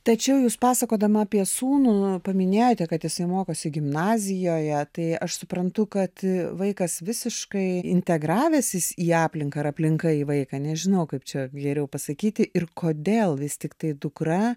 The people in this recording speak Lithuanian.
tačiau jūs pasakodama apie sūnų paminėjote kad jisai mokosi gimnazijoje tai aš suprantu kad vaikas visiškai integravęsis į aplinką ar aplinka į vaiką nežinau kaip čia geriau pasakyti ir kodėl vis tiktai dukra